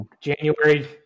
January